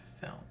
film